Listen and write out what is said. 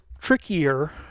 trickier